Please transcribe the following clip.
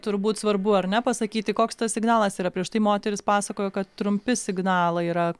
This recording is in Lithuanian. turbūt svarbu ar ne pasakyti koks tas signalas yra prieš tai moteris pasakojo kad trumpi signalai yra